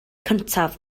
cyntaf